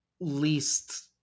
least